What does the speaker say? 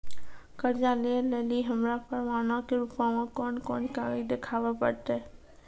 कर्जा लै लेली हमरा प्रमाणो के रूपो मे कोन कोन कागज देखाबै पड़तै?